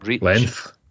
Length